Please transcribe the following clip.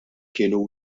kienu